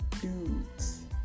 dudes